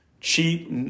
cheap